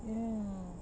ya